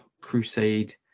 crusade